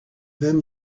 then